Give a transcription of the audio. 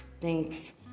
thanks